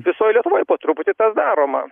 visoj lietuvoj po truputį tas daroma